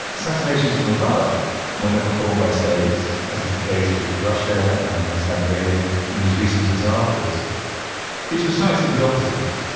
assassinations from above when they are performed by states, as is the case with russia and with saudi arabia in these recent examples is precisely the opposite.